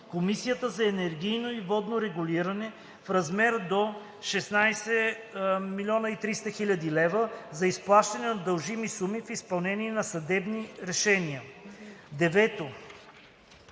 Комисията за енергийно и водно регулиране - в размер до 16 300,0 хил. лв. за изплащане на дължими суми в изпълнение на съдебни решения. 9.